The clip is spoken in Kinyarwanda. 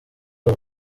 aba